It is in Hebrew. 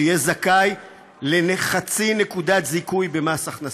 שיהיה זכאי לחצי נקודת זיכוי במס הכנסה.